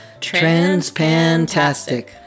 Transpantastic